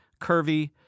curvy